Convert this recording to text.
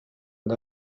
and